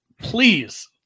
Please